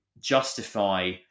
justify